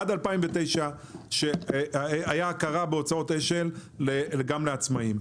עד 2009 הייתה הכרה בהוצאות אש"ל גם לעצמאים.